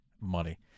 Money